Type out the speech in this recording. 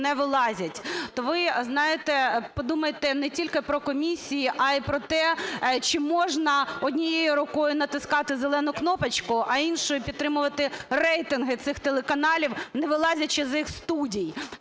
не вилазять. То, ви знаєте, подумайте не тільки про комісії, а і про те, чи можна однією рукою натискати зелену кнопочку, а іншою підтримувати рейтинги цих телеканалів, не вилазячи з їх студій.